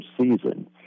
season